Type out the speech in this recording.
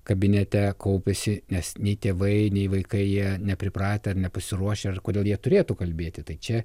kabinete kaupiasi nes nei tėvai nei vaikai jie nepripratę ar nepasiruošę ir kodėl jie turėtų kalbėti tai čia